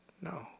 No